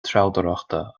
treabhdóireachta